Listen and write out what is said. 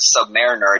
Submariner